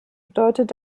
bedeutet